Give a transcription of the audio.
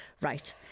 Right